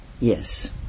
Yes